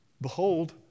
behold